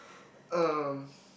um